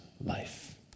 life